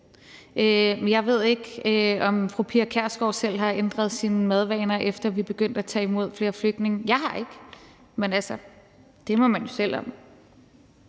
jeg ved ikke, om fru Pia Kjærsgaard selv har ændret sine madvaner, efter at vi er begyndt at tage imod flere flygtninge. Jeg har ikke. Men altså, det må man jo selv om.